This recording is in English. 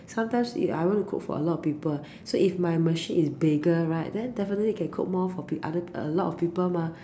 sometimes if I want to cook for a lot of people so if my machine is bigger right then definitely can cook more for other a lot of people mah